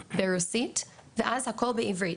ברוסית ואז כל שאר הטקסט הוא בעברית,